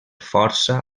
força